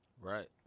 Right